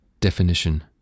Definition